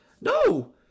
No